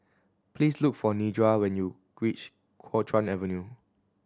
please look for Nedra when you reach Kuo Chuan Avenue